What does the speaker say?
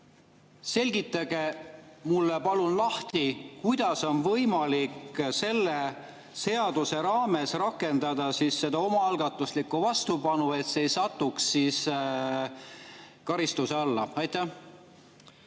Selgitage mulle palun lahti, kuidas on võimalik selle seaduse raames rakendada omaalgatuslikku vastupanu nii, et see ei satuks karistuse alla. Aitäh,